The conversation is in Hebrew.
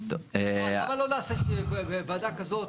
למה שלא נעשה בוועדה כזאת,